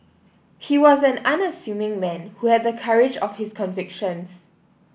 he was an unassuming man who had the courage of his convictions